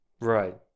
Right